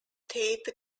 tate